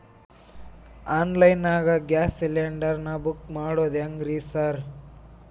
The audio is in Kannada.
ಆನ್ಲೈನ್ ನಾಗ ಗ್ಯಾಸ್ ಸಿಲಿಂಡರ್ ನಾ ಬುಕ್ ಮಾಡೋದ್ ಹೆಂಗ್ರಿ ಸಾರ್?